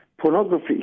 pornography